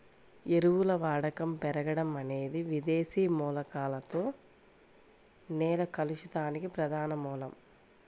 ఎరువుల వాడకం పెరగడం అనేది విదేశీ మూలకాలతో నేల కలుషితానికి ప్రధాన మూలం